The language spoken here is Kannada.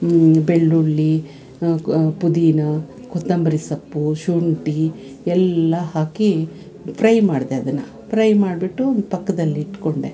ಬೆಳ್ಳುಳ್ಳಿ ಪುದೀನ ಕೊತ್ತಂಬರಿ ಸೊಪ್ಪು ಶುಂಠಿ ಎಲ್ಲ ಹಾಕಿ ಫ್ರೈ ಮಾಡಿದೆ ಅದನ್ನು ಫ್ರೈ ಮಾಡಿಬಿಟ್ಟು ಪಕ್ಕದಲ್ಲಿಟ್ಕೊಂಡೆ